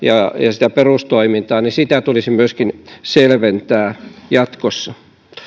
sitä perustoimintaa ja sitä tulisi myöskin selventää jatkossa